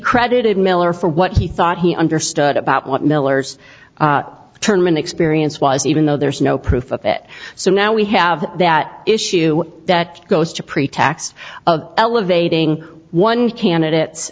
credited miller for what he thought he understood about what miller's turn meant experience was even though there's no proof of it so now we have that issue that goes to pretax of elevating one candidate